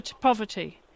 poverty